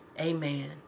Amen